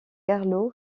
carlo